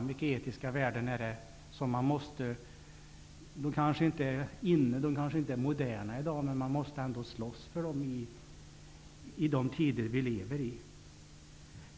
Det finns etiska värden som kanske inte är ''inne'', som inte är moderna i dag, men som man ändå måste slåss för i de tider som vi lever i.